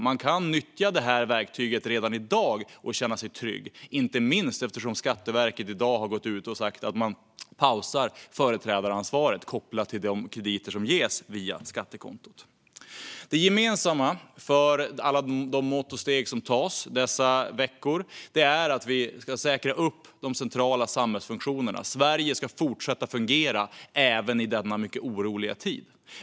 Man kan nyttja detta verktyg redan i dag och känna sig trygg, inte minst eftersom Skatteverket i dag har gått ut och sagt att man pausar företrädaransvaret kopplat till de krediter som ges via skattekontot. Det gemensamma för alla de mått och steg som tas dessa veckor är att vi ska säkra de centrala samhällsfunktionerna. Sverige ska fortsätta fungera även i denna mycket oroliga tid.